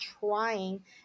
trying